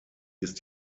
ist